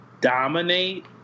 dominate